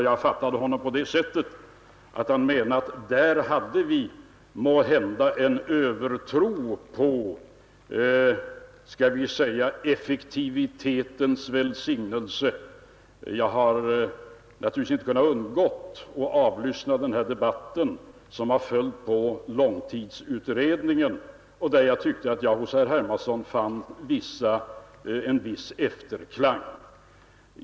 Jag fattade honom då på det sättet att han menade att där hade vi kanske en övertro på skall vi säga effektivitetens välsignelser. Jag har naturligtvis inte kunnat undgå att följa den debatt som förts med anledning av långtidsutredningen, och jag tyckte att jag hos herr Hermansson fann en viss efterklang av den.